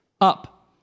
up